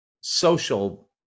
social